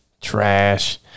Trash